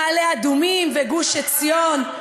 מעלה-אדומים וגוש-עציון,